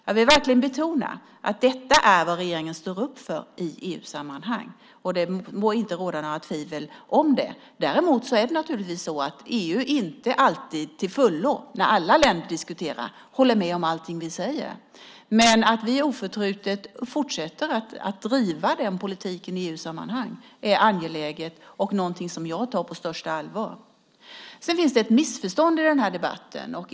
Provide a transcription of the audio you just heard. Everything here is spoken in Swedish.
Jag vill verkligen betona att detta är vad regeringen står upp för i EU-sammanhang. Det må inte råda några tvivel om det. Däremot är det naturligtvis så att EU inte alltid till fullo, när alla länder diskuterar, håller med om allting vi säger. Men att vi oförtrutet fortsätter att driva den politiken i EU-sammanhang är angeläget och någonting som jag tar på största allvar. Det finns ett missförstånd i debatten.